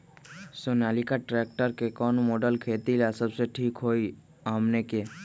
Sonalika tractor के कौन model खेती ला सबसे ठीक होई हमने की?